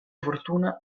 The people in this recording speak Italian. fortuna